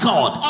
God